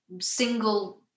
single